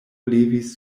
levis